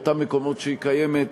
באותם מקומות שהיא קיימת,